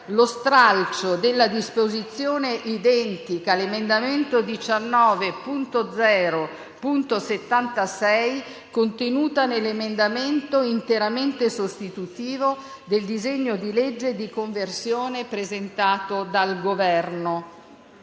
lo stralcio della disposizione identica all'emendamento 19.0.76, contenuta nell'emendamento interamente sostitutivo del disegno di legge di conversione presentato dal Governo.